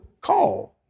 call